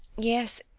yes,